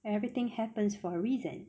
and everything happens for a reason